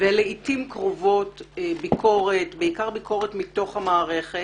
לעיתים קרובות ביקורת, בעיקר ביקורת מתוך המערכת,